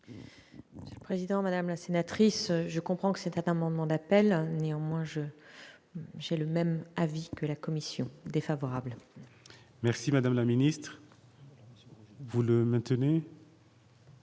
gouvernement. Président Madame la sénatrice, je comprends que cet amendement d'appel, néanmoins je j'ai le même avis que la Commission défavorable. Merci madame la ministre, vous le maintenez.